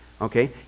Okay